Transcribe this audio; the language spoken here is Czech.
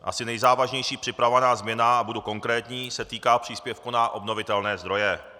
Asi nejzávažnější připravovaná změna, budu konkrétní, se týká příspěvku na obnovitelné zdroje.